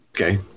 Okay